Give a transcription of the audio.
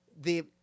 the-